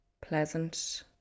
pleasant